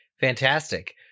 Fantastic